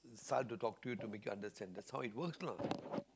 start to talk to you to make you understand that's how it works lah